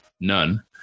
none